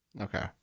Okay